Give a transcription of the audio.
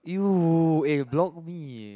you eh block me